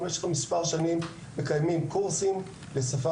במשך מספר שנים אנחנו מקיימים קורסים לשפה